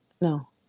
No